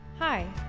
Hi